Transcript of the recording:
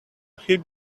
heed